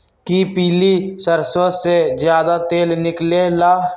कि पीली सरसों से ज्यादा तेल निकले ला?